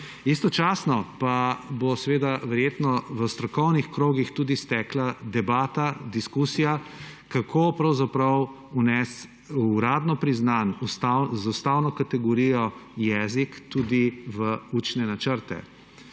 Istočasno pa bo verjetno v strokovnih krogih tudi stekla debata, diskusija, kako uradno priznan z ustavno kategorijo jezik vnesti tudi v učne načrte.